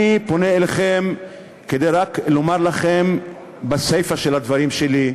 אני פונה אליכם כדי רק לומר לכם בסיפה של הדברים שלי,